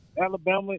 Alabama